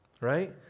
right